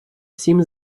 всім